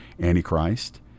Antichrist